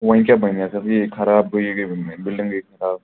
وۅنۍ کیٛاہ بَنہِ اَتھ اتھ ہے خراب یہِ گٔیہِ بِلڈِنٛگٕے خراب